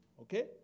Okay